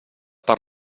per